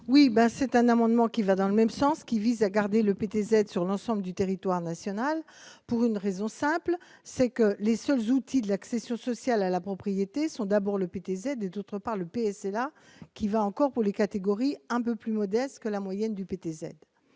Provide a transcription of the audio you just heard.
Oui ben c'est un amendement qui va dans le même sens, qui vise à garder le PTZ sur l'ensemble du territoire national pour une raison simple, c'est que les seuls outils de l'accession sociale à la propriété sont d'abord le PTZ et d'autre part, le PS et là qui va encore pour les catégories un peu plus modeste que la moyenne du PTZ